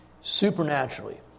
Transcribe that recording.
supernaturally